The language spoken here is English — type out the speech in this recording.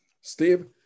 Steve